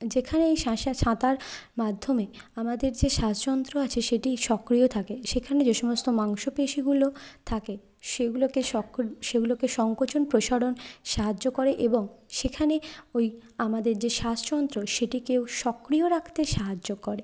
যেখানে এই সাঁতার মাধ্যমে আমাদের যে শ্বাসযন্ত্র আছে সেটি সক্রিয় থাকে সেখানে যে সমস্ত মাংসপেশিগুলো থাকে সেগুলোকে সেগুলোকে সংকোচন প্রসারণ সাহায্য করে এবং সেখানে ওই আমাদের যে শ্বাসযন্ত্র সেটিকেও সক্রিয় রাখতে সাহায্য করে